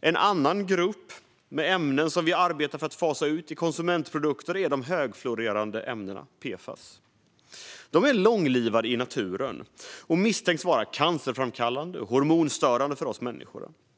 En annan grupp med ämnen som vi arbetar för att fasa ut i konsumentprodukter är de högfluorerade ämnena, PFAS. De är långlivade i naturen och misstänks vara cancerframkallande och hormonstörande för oss människor.